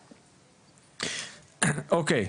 אוקי,